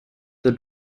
the